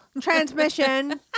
Transmission